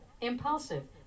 impulsive